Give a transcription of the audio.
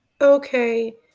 Okay